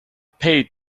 paid